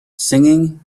singing